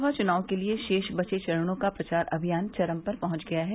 लोकसभा चुनाव के लिये शेष बचे चरणों का प्रचार अभियान चरम पर पहुंच गया है